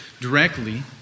directly